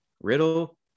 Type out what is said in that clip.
Riddle